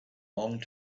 long